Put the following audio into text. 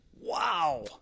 Wow